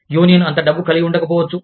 union అంత డబ్బు కలిగి ఉండకపోవచ్చు